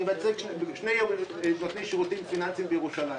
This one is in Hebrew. אני מייצג שני נותני שירותים פיננסיים בירושלים